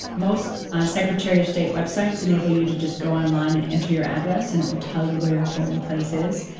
most secretary of state websites enable you to just go online and enter your address, and it will tell you where your polling place is.